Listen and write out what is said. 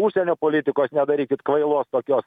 užsienio politikos nedarykit kvailos tokios